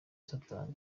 satani